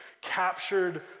captured